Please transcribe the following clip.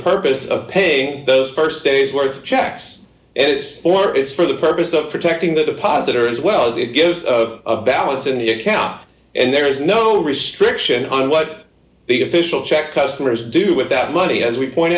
purpose of paying those st days work checks and it's for it's for the purpose of protecting the deposit or as well it gives balance in the account and there is no restriction on what the official check customers do with that money as we point